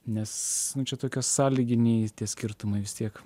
nes čia tokios sąlyginiai skirtumai vis tiek